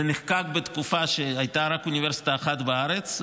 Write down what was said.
זה נחקק בתקופה שהייתה רק אוניברסיטה אחת בארץ,